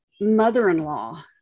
mother-in-law